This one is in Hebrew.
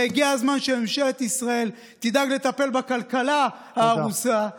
והגיע הזמן שממשלת ישראל תדאג לטפל בכלכלה ההרוסה,